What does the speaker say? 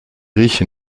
rieche